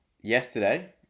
yesterday